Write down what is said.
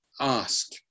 ask